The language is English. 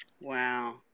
Wow